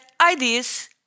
ideas